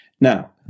now